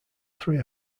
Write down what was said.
three